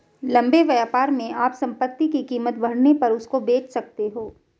लंबे व्यापार में आप संपत्ति की कीमत बढ़ने पर उसको बेच सकते हो